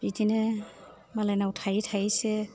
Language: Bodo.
बिदिनो मालायनाव थायै थायैसो